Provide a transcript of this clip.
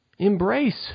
Embrace